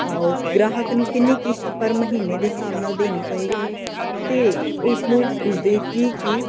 ਗਾਹਕ ਨੂੰ ਕਿੰਨੀ ਕਿਸ਼ਤ ਪਰ ਮਹੀਨੇ ਦੇ ਹਿਸਾਬ ਨਾਲ ਦੇਣੀ ਪਏਗੀ ਤੇ ਉਸਨੂੰ ਉਸਦੇ ਕੀ ਕੀ